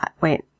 wait